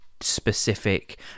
specific